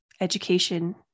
education